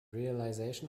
realization